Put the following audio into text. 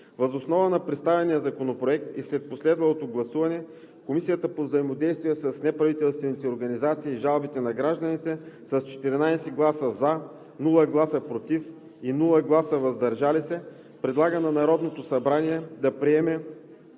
Въз основа на представения законопроект и след последвалото гласуване Комисията по взаимодействието с неправителствените организации и жалбите на гражданите с 14 гласа „за“, без „против“ и „въздържал се“ предлага на Народното събрание да приеме